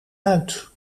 uit